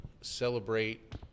celebrate